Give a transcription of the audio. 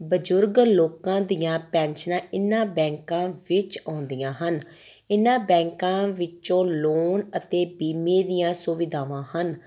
ਬਜ਼ੁਰਗ ਲੋਕਾਂ ਦੀਆਂ ਪੈਨਸ਼ਨਾਂ ਇਹਨਾਂ ਬੈਂਕਾਂ ਵਿੱਚ ਆਉਂਦੀਆਂ ਹਨ ਇਹਨਾਂ ਬੈਂਕਾਂ ਵਿੱਚੋਂ ਲੋਨ ਅਤੇ ਬੀਮੇ ਦੀਆਂ ਸੁਵਿਧਾਵਾਂ ਹਨ